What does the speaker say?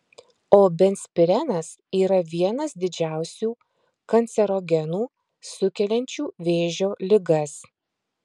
o benzpirenas yra vienas didžiausių kancerogenų sukeliančių vėžio ligas